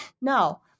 Now